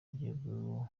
igihugu